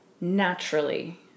naturally